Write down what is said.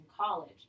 college